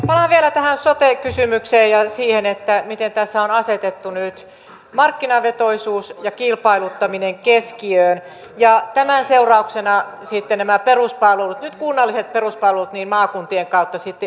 palaan vielä tähän sote kysymykseen ja siihen miten tässä on asetettu nyt markkinavetoisuus ja kilpailuttaminen keskiöön ja tämän seurauksena sitten nämä peruspalvelut nyt kunnalliset peruspalvelut maakuntien kautta sitten yhtiöitetään